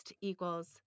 equals